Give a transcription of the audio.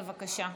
בבקשה.